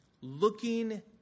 looking